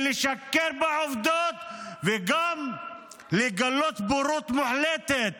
ולשקר בעובדות וגם לגלות בורות מוחלטת